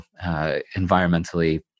environmentally